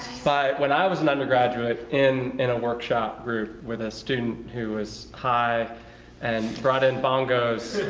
when i was an undergraduate in in a workshop group with a student who was high and brought in bongos.